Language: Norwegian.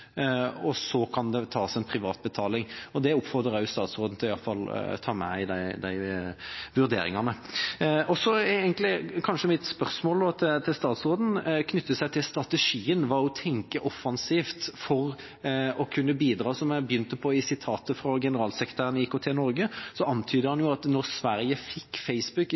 og så kan det tas en privat betaling. Det oppfordrer jeg også statsråden til i alle fall å ta med i disse vurderingene. Mitt spørsmål til statsråden er egentlig knyttet til strategien – hva hun tenker for å kunne bidra offensivt. Jeg begynte på et sitat fra generalsekretæren i IKT-Norge, der han antydet at da Sverige fikk Facebook